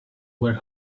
were